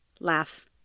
laugh